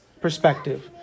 perspective